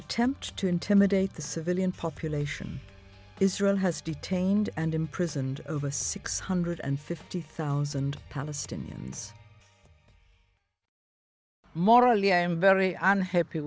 attempt to intimidate the civilian population israel has detained and imprisoned over six hundred and fifty thousand palestinians morally i am very unhappy